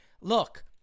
Look